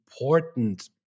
important